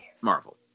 Marvel